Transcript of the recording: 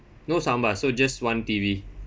no soundbar so just one T_V